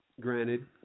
Granted